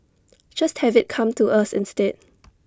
just have IT come to us instead